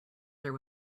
there